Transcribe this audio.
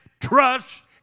trust